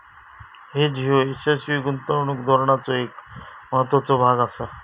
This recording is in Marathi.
हेज ह्यो यशस्वी गुंतवणूक धोरणाचो एक महत्त्वाचो भाग आसा